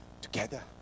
together